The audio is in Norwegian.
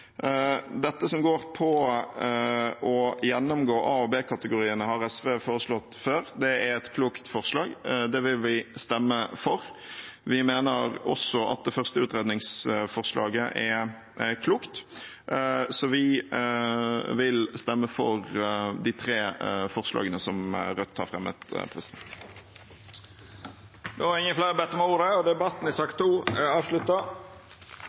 Dette som går på å gjennomgå A- og B-kategoriene, har SV foreslått før. Det er et klokt forslag. Det vil vi stemme for. Vi mener også at det første utredningsforslaget er klokt, så vi vil stemme for de tre forslagene som Rødt har fremmet. Fleire har ikkje bedt om ordet til sak nr. 2. Som presidenten redegjorde for, er